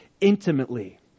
intimately